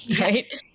right